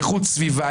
איכות סביבה,